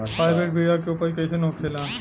Hybrid बीया के उपज कैसन होखे ला?